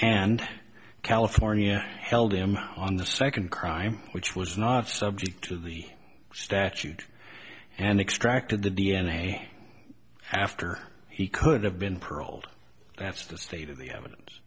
and california held him on the second crime which was not subject to the statute and extracted the d n a after he could have been paroled after the state of the evidence